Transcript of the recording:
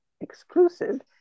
exclusive